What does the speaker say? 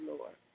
Lord